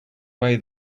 way